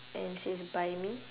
and it says buy me